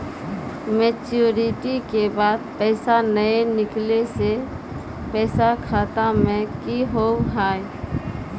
Maturity के बाद पैसा नए निकले से पैसा खाता मे की होव हाय?